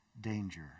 danger